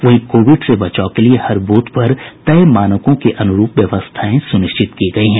वहीं कोविड से बचाव के लिए हर बूथ पर तय मानकों के अनुरूप व्यवस्थाएं सुनिश्चित की गयी हैं